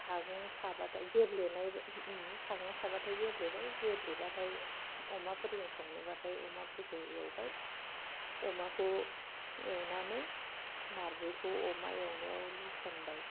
सागं साबाथाय गेब्लेनाय सागं साबाथाय गेब्लेबाय गेब्लेबाथाय अमाफोरजों संनोबाथाय अमाफोरखौ एवबाय अमाखौ एवनानै नारजिखौ अमा एवनायाव लुसनबाय